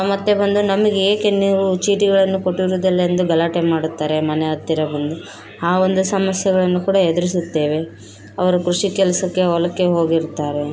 ಮತ್ತು ಬಂದು ನಮಗೇಕೆ ನೀವು ಚೀಟಿಗಳನ್ನು ಕೊಟ್ಟಿರುವುದಿಲ್ಲ ಎಂದು ಗಲಾಟೆ ಮಾಡುತ್ತಾರೆ ಮನೆ ಹತ್ತಿರ ಬಂದು ಆ ಒಂದು ಸಮಸ್ಯೆಗಳನ್ನು ಕೂಡ ಎದಿರುಸುತ್ತೇವೆ ಅವರು ಕೃಷಿ ಕೆಲಸಕ್ಕೆ ಹೊಲಕ್ಕೆ ಹೋಗಿರುತ್ತಾರೆ